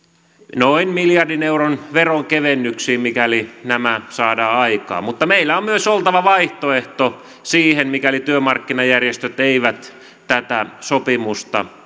noin miljardin euron veronkevennyksiin mikäli nämä saadaan aikaan mutta meillä on myös oltava vaihtoehto siihen mikäli työmarkkinajärjestöt eivät tätä sopimusta